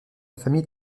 famille